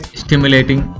stimulating